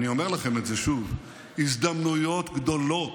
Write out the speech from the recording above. אני אומר לכם את זה שוב הזדמנויות גדולות,